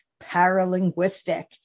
paralinguistic